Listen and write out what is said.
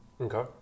Okay